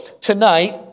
tonight